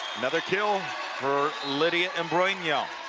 another kill for lydia imbrogno.